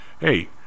hey